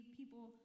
people